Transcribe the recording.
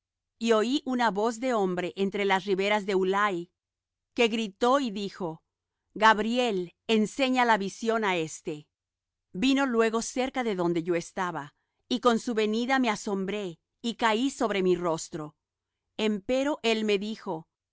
y oí una voz de hombre entre las riberas de ulai que gritó y dijo gabriel enseña la visión á éste vino luego cerca de donde yo estaba y con su venida me asombré y caí sobre mi rostro empero él me dijo